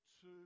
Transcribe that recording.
two